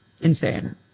insane